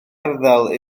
arddel